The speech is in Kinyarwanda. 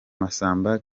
masamba